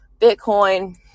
Bitcoin